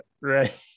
right